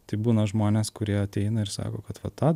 tai būna žmonės kurie ateina ir sako kad va tą